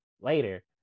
later